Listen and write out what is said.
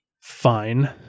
fine